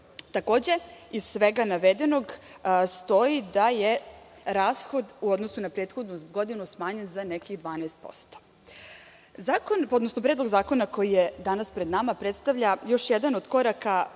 Takođe, iz svega navedenog stoji da je rashod u odnosu na prethodnu godinu smanjen za nekih 12%.Predlog zakona koji je danas pred nama predstavlja još jedan od koraka